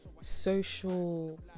social